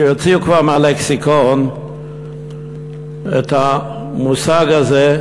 שיוציאו כבר מהלקסיקון את המושג הזה,